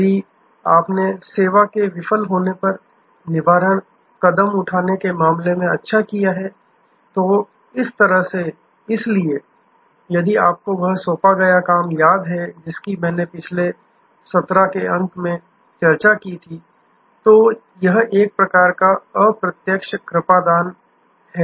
यदि आपने सेवा के विफल होने पर निवारण कदम उठाने के मामले में अच्छा किया है तो इस तरह से इसलिए यदि आपको वह सौंपा गया काम याद है जिसकी मैंने पिछले 17 के अंत में चर्चा की थी तो यह एक प्रकार काअ प्रत्यक्ष कृपादान है